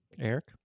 Eric